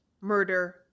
murder